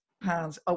pounds